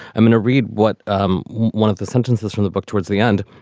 i mean, to read what um one of the sentences from the book towards the end.